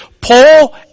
Paul